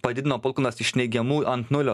padidino palūkanas iš neigiamų ant nulio